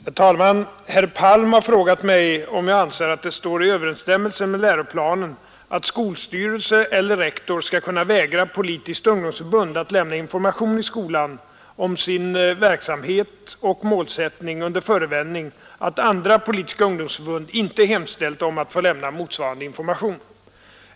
Herr talman! Herr Palm har frågat mig om jag anser att det står i överensstämmelse med läroplanen att skolstyrelse eller rektor skall kunna vägra politiskt ungdomsförbund att lämna information i skolan om sin verksamhet och målsättning under förevändning att andra politiska ungdomsförbund inte hemställt om att få lämna motsvarande information.